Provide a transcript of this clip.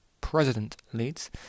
president-leads